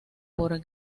por